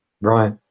Right